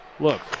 Look